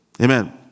Amen